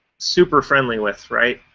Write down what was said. super friendly with, right?